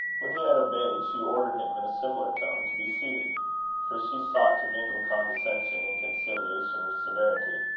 when he had obeyed, she ordered him, in a similar tone, to be seated for she sought to mingle condescension and conciliation with severity.